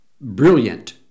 brilliant